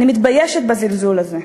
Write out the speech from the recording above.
אני מתביישת בזלזול הזה.